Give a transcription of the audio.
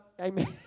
Amen